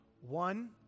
One